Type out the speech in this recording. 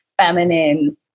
feminine